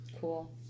Cool